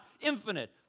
infinite